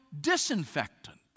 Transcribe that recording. disinfectant